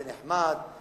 זה נחמד.